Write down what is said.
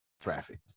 traffic